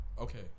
Okay